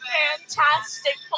fantastic